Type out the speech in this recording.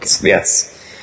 Yes